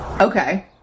Okay